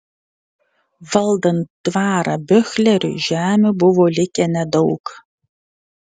valdant dvarą biuchleriui žemių buvo likę nedaug